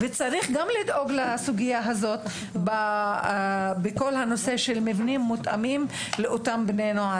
צריך לדאוג גם לסוגיה הזאת בכל הנושא של מבנים מותאמים לאותם בני נוער.